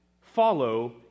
follow